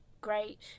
great